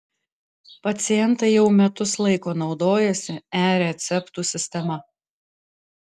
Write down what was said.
pacientai jau metus laiko naudojasi e receptų sistema